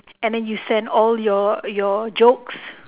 and then you send all your your jokes